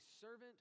servant